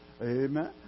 Amen